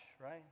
right